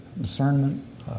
discernment